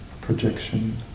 projection